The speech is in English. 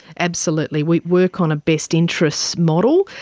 absolutely. we work on a best interests model,